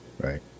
Right